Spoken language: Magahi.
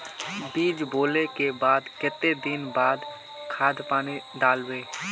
बीज बोले के बाद केते दिन बाद खाद पानी दाल वे?